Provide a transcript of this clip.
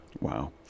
wow